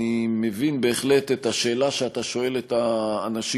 אני מבין בהחלט את השאלה שאתה שואל את האנשים,